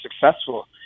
successful